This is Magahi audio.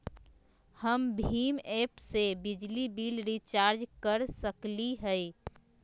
हम भीम ऐप से बिजली बिल रिचार्ज कर सकली हई?